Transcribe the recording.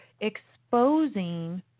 exposing